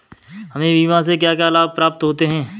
हमें बीमा से क्या क्या लाभ प्राप्त होते हैं?